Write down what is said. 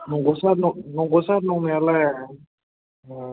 नंग' सार नंग' सार नंनायालाय